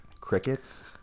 crickets